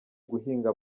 guhinga